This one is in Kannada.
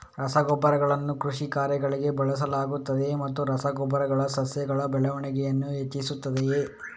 ರಸಗೊಬ್ಬರಗಳನ್ನು ಕೃಷಿ ಕಾರ್ಯಗಳಿಗೆ ಬಳಸಲಾಗುತ್ತದೆಯೇ ಮತ್ತು ರಸ ಗೊಬ್ಬರಗಳು ಸಸ್ಯಗಳ ಬೆಳವಣಿಗೆಯನ್ನು ಹೆಚ್ಚಿಸುತ್ತದೆಯೇ?